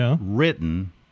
written